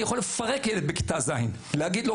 אני יכול לפרק ילד בכיתה ז' ולהגיד לו